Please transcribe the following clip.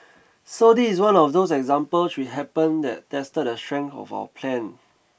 so this is one of those example which happen that tested the strength of our plan